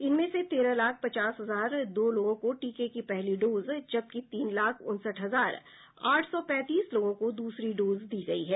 इनमें से तेरह लाख पचास हजार दो लोगों को टीके की पहली डोज जबकि तीन लाख उनसठ हजार आठ सौ पैंतीस लोगों को दूसरी डोज दी गयी है